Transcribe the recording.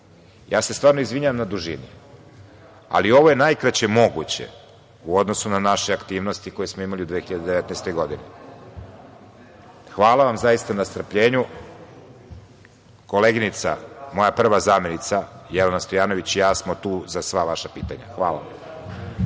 se stvarno izvinjavam na dužini, ali ovo je najkraće moguće u odnosu na naše aktivnosti koje smo imali u 2019. godini. Hvala vam zaista na strpljenju. Koleginica, moja prva zamenica, Jelena Stojanović i ja smo tu za sva vaša pitanja. Hvala.